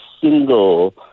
single